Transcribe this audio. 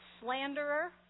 slanderer